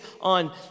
on